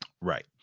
Right